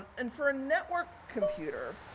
and, for a network computer,